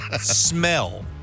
smell